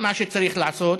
מה שצריך לעשות,